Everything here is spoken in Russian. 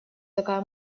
такая